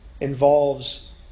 involves